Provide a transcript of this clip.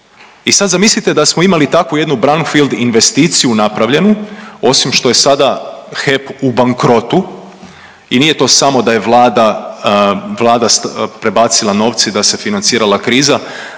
i sad zamislite da smo imali takvu jednu brownfield investiciju napravljenu, osim što je sada HEP u bankrotu i nije to samo da je Vlada prebacila novce i da se financirala kriza,